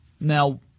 now